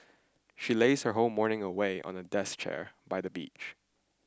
she lays her whole morning away on the desk chair by the beach